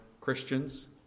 Christians